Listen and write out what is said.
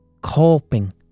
coping